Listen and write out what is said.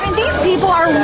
these people are